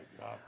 God